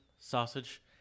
sausage